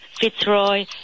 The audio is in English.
Fitzroy